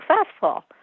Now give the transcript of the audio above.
successful